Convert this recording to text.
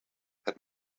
had